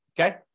Okay